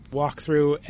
walkthrough